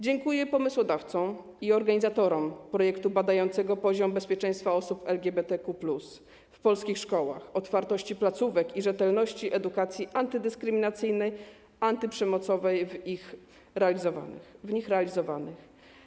Dziękuję pomysłodawcom i organizatorom projektu badającego poziom bezpieczeństwa osób LGBTQ+ w polskich szkołach, otwartości placówek i rzetelności edukacji antydyskryminacyjnej, antyprzemocowej w nich realizowanych.